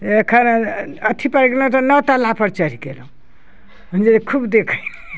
एखन अथीपर गेलहुँ तऽ नओ तल्लापर चढ़ि गेलहुँ खूब देखी